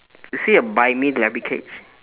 you see a buy me in the rabbit cage